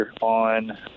on